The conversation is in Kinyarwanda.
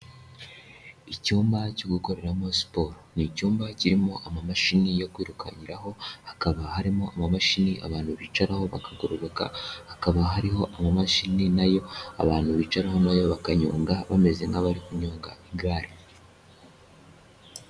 Icyumba cyo gukoreramo siporo. Ni icyumba kirimo amamashini yo kwirukankiraho, hakaba harimo amamashini abantu bicaraho bakagororoka, hakaba hariho amamashini na yo abantu bicaraho bakanyonga bameze nk'abari kunyonga igare.